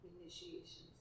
initiations